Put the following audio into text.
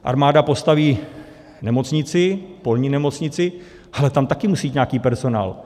Armáda postaví nemocnici, polní nemocnici, ale tam taky musí být nějaký personál.